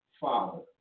father